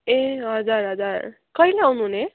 ए हजुर हजुर कहिले आउनु हुने